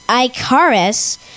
Icarus